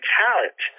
talent